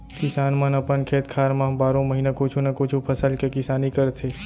किसान मन अपन खेत खार म बारो महिना कुछु न कुछु फसल के किसानी करथे